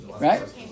right